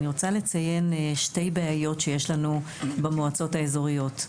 אני רוצה לציין שתי בעיות שיש לנו במועצות האזוריות.